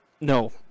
No